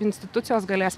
institucijos galės